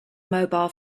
mobile